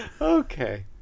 Okay